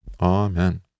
Amen